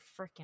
freaking